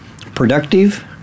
productive